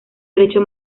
derecho